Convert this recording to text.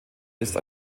ist